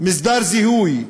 מסדר זיהוי,